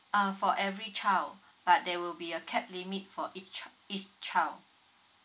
uh for every child but there will be a cap limit for each chi~ each child